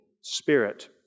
Spirit